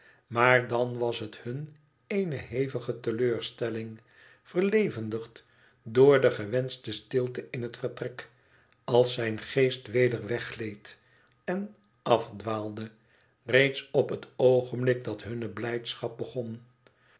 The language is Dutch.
maar dan was het hun eene hevige teleurstelling verlevendigd door de gewenschte stilte in het vertrek als zijn geest weder weggleed en afdwaalde reeds op het oogen blik dat hunne blijdschap begon